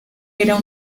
era